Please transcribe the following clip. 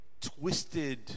twisted